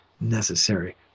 necessary